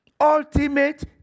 Ultimate